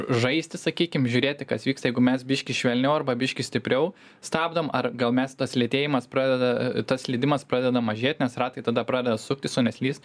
žaisti sakykim žiūrėti kas vyksta jeigu mes biški švelniau arba biški stipriau stabdom ar gal mes tas lėtėjimas pradeda tas slydimas pradeda mažėt nes ratai tada pradeda suktis o neslyst